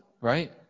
right